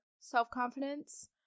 self-confidence